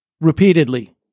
repeatedly